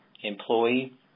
employee